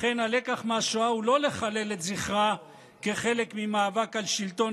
לכן הלקח מהשואה הוא לא לחלל את זכרה כחלק ממאבק על שלטון